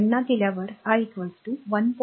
गणना केल्यावर i 1